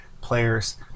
players